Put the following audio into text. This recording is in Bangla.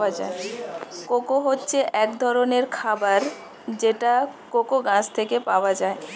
কোকো হচ্ছে এক ধরনের খাবার যেটা কোকো গাছ থেকে পাওয়া যায়